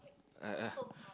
I I